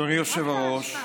אדוני היושב-ראש,